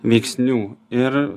veiksnių ir